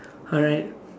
alright